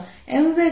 H